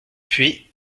puis